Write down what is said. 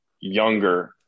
younger